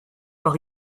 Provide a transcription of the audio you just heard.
par